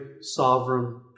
sovereign